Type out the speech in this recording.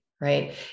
right